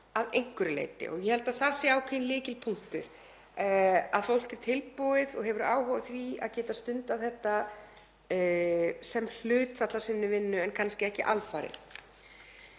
að einhverju leyti. Ég held að það sé ákveðinn lykilpunktur; að fólk er tilbúið og hefur áhuga á því að geta stundað þetta sem hlutfall af sinni vinnu en kannski ekki alfarið.